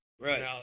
Right